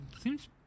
seems